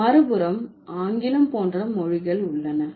மறுபுறம் ஆங்கிலம் போன்ற மொழிகள் உள்ளன